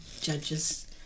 judges